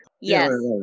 Yes